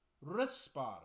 respire